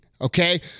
okay